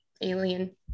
alien